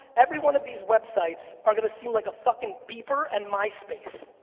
every one of these websites are gonna seem like a fucking beeper and myspace.